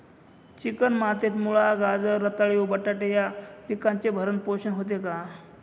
Chicken मातीत मुळा, गाजर, रताळी व बटाटे या पिकांचे भरण पोषण होते का?